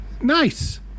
nice